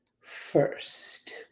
first